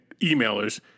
emailers